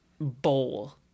bowl